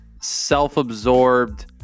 self-absorbed